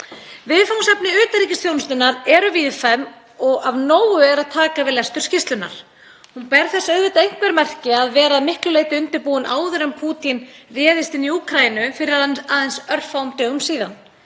Viðfangsefni utanríkisþjónustunnar eru víðfeðm og af nógu er að taka við lestur skýrslunnar. Hún ber þess auðvitað einhver merki að vera að miklu leyti undirbúin áður en Pútín réðst inn í Úkraínu fyrir aðeins örfáum dögum síðan.